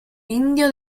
indio